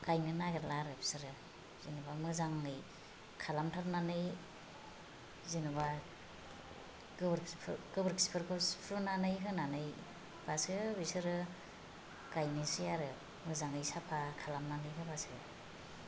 गायनो नागिरला आरो बिसोरो जेनेबा मोजाङै खालामथारनानै जेनेबा गोबोरखिफोरखौ सिफ्रुनानै होनानैबासो बिसोरो गायनोसै आरो मोजाङै साफा खालामनानै होबासो